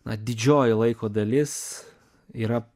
na didžioji laiko dalis yra